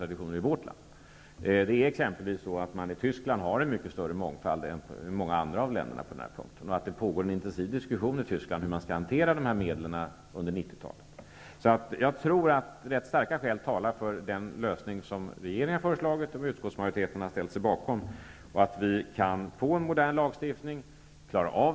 I Tyskland har man exempelvis en mycket större mångfald av naturläkemedel än i andra länder, och där pågår en intensiv diskussion om hur dessa medel skall hanteras under 90-talet. Rätt starka skäl talar för den lösning som regeringen har föreslagit, och som utskottsmajoriteten har ställt sig bakom, för att vi skulle kunna få en modern lagstiftning.